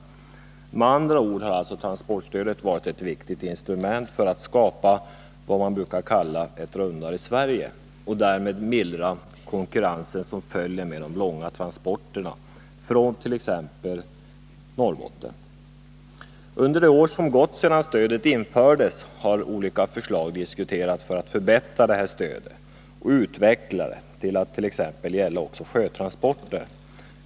Med andra ord har alltså transportstödet varit ett viktigt instrument för att skapa vad man brukar kalla ett rundare Sverige och därmed mildra konkurrensen som följer med de långa transporterna från t.ex. Norrbotten. Under de år som gått sedan stödet infördes har olika förslag diskuterats för att förbättra stödet och utveckla det till att t.ex. gälla också sjötransporter.